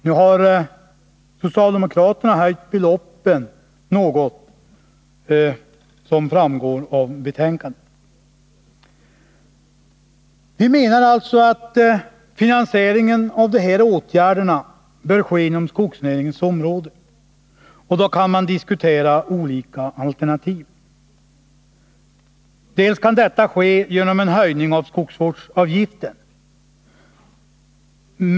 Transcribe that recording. Nu har socialdemokraterna, som framgår av betänkandet, höjt beloppen något. Vi menar alltså att finansieringen av de här åtgärderna bör ske inom skogsnäringens område, och då kan man diskutera olika alternativ. Det kan ske med en höjning av skogsvårdsavgiften.